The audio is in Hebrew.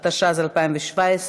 התשע"ז 2017,